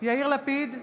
יאיר לפיד,